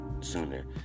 sooner